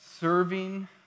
Serving